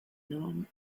norme